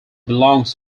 belongs